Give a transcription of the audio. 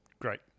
great